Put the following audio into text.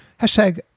Hashtag